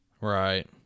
Right